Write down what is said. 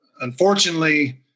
unfortunately